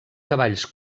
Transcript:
cavalls